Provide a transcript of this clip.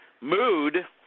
mood